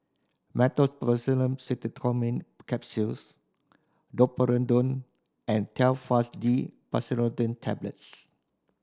Meteospasmyl Simeticone Capsules Domperidone and Telfast D Pseudoephrine Tablets